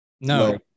No